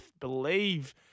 believe